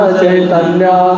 Chaitanya